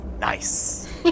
Nice